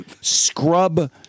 scrub